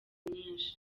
nyinshi